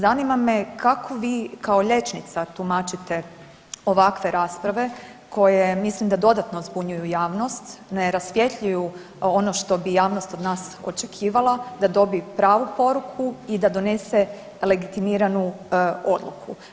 Zanima me kako vi kao liječnica tumačite ovakve rasprave koje mislim da dodatno zbunjuju javnost, ne rasvjetljuju ono što bi javnost od nas očekivala da dobi pravu poruku i da donese legitimiranu odluku.